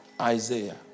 Isaiah